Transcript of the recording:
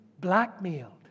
blackmailed